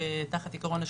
תחת עיקרון השקיפות.